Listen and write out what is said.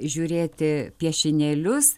žiūrėti piešinėlius